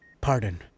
pardon